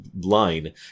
line